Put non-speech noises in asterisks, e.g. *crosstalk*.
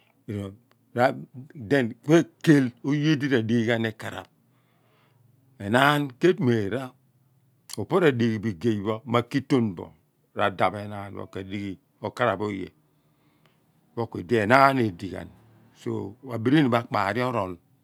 *unintelligible* mikeel oye di radighi ghan ikaraph enaan keef meera opo ra difhi bo igey pho maki ton bo radaph enaan pho mo a dighi okoraph oye po ki̱di̱ enaa̱n edi so abiri ni pho akpari orool